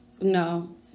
No